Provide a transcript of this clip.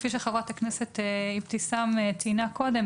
כפי שחברת הכנסת אבתיסאם מראענה ציינה קודם,